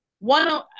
One